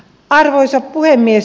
arvoisa puhemies